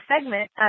segment